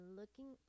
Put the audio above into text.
looking